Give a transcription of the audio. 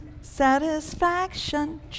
Satisfaction